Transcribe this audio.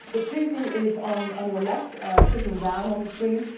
but toosey is on on your left sitting down, on the screen.